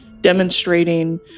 demonstrating